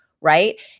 right